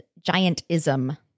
giantism